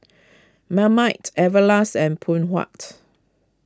Marmite Everlast and Phoon Huat